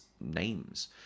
names